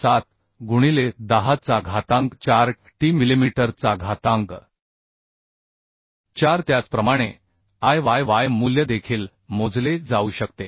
87 गुणिले 10 चा घातांक 4t मिलिमीटर चा घातांक 4 त्याचप्रमाणे I yy मूल्य देखील मोजले जाऊ शकते